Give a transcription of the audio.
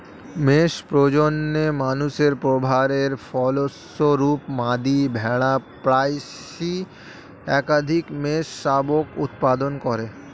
মেষ প্রজননে মানুষের প্রভাবের ফলস্বরূপ, মাদী ভেড়া প্রায়শই একাধিক মেষশাবক উৎপাদন করে